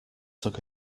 took